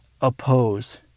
oppose